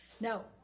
Now